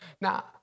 Now